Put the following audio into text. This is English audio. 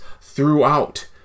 throughout